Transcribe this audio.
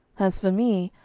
as for me,